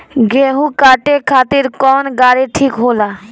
गेहूं काटे खातिर कौन गाड़ी ठीक होला?